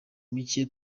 mike